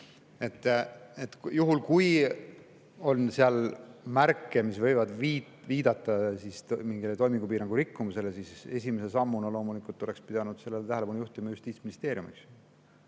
Juhul, kui on märke, mis võivad viidata mingile toimingupiirangu rikkumisele, siis esimese sammuna loomulikult oleks pidanud sellele tähelepanu juhtima Justiitsministeerium,